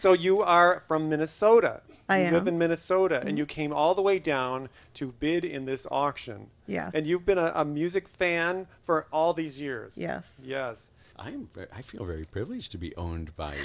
so you are from minnesota i am in minnesota and you came all the way down to bid in this auction yeah and you've been a music fan for all these years yes yes i'm i feel very privileged to be owned by